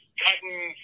cutting